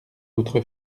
autre